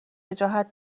وجاهت